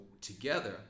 together